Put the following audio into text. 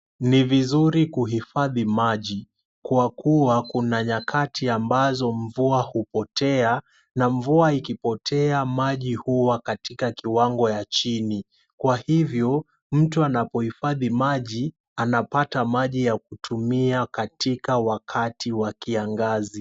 Ni vizuri kuhifadhi maji, kwa kuwa kuna nyakati ambazo mvua hupotea na mvua ikipotea, maji huwa katika kiwango ya chini . Kwa hivyo, mtu anapohifadhi maji, anapata maji ya kutumia katika wakati wa kiangazi.